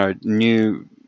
new